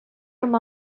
com